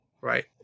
right